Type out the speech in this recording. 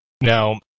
Now